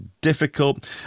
difficult